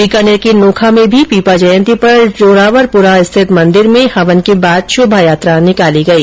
बीकानेर के नोखा में भी पीपा जयंती पर जोरावरपुरा स्थित मंदिर में हवन के बाद शोभायात्रा निकाली गई